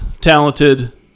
talented